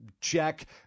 Check